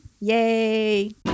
yay